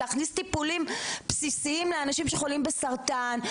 להכניס טיפולים בסיסיים לאנשים שחולים בסרטן,